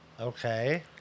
okay